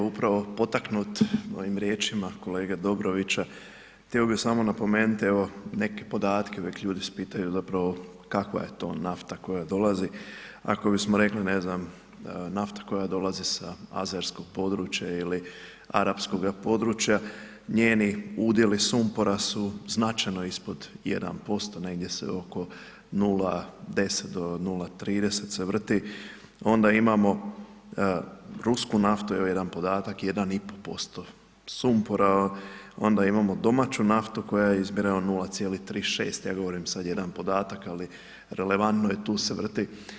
Upravo poteknut ovim riječima kolege Dobrovića, htio bi samo napomenuti, evo neke podatke, uvijek ljudi se pitaju zapravo kakva je to nafta koja dolazi, ako bismo rekli, ne znam, nafta koja dolazi sa azerskog područja ili arapskoga područja, njeni udjeli sumpora su značajno ispod 1%, negdje se oko 0,10 do 0,30 se vrti, onda imamo rusku naftu, evo jedan podatak 1,5% sumpora, onda imamo domaću naftu koja je izmjerena 0,36, ja sad govorim jedan podatak, ali relevantno je, tu se vrti.